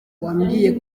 wambwiye